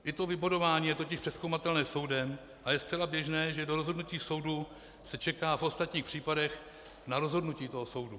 I to vybodování je totiž přezkoumatelné soudem a je zcela běžné, že do rozhodnutí soudu se čeká v ostatních případech na rozhodnutí soudu.